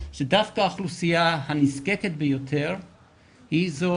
שדווקא האוכלוסייה הנזקקת ביותר היא זו